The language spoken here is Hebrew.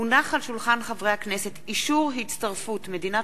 הונח של שולחן הכנסת אישור הצטרפות מדינת